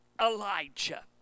Elijah